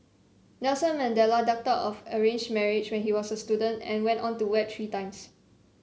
Nelson Mandela ducked out of an arranged marriage when he was a student and went on to wed three times